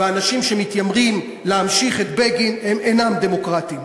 והאנשים שמתיימרים להמשיך את בגין אינם דמוקרטיים.